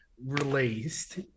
released